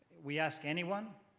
we ask anyone,